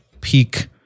peak